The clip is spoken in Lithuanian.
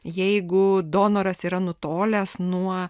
jeigu donoras yra nutolęs nuo